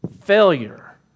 failure